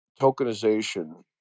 tokenization